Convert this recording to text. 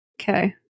Okay